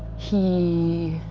he.